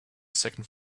second